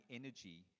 energy